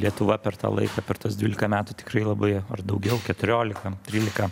lietuva per tą laiką per tuos dvylika metų tikrai labai ar daugiau keturiolika trylika